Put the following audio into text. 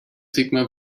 sigmar